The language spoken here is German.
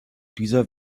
dieser